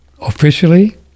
officially